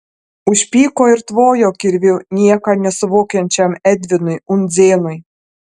užpyko ir tvojo kirviu nieko nesuvokiančiam edvinui undzėnui